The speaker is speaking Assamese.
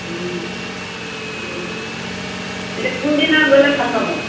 অঁ এতিয়া কোনদিনা গ'লে ভাল পাব